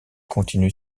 continue